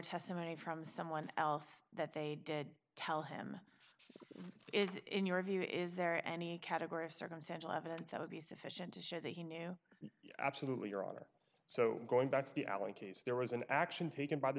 testimony from someone else that they did tell him is it in your view is there any category of circumstantial evidence that would be sufficient to show that he knew absolutely your honor so going back to the alan case there was an action taken by the